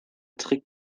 trick